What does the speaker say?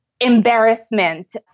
embarrassment